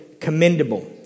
commendable